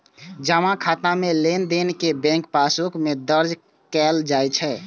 जमा खाता मे लेनदेन कें बैंक पासबुक मे दर्ज कैल जाइ छै